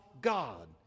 God